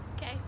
okay